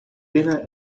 binnen